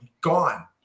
gone